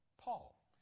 Paul